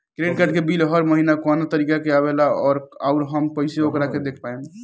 Credit card के bill हर महीना कौना तारीक के आवेला और आउर हम कइसे ओकरा के देख पाएम?